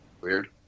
Weird